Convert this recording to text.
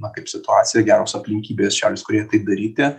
na kaip situacija geros aplinkybės šiaurės korėjai tai daryti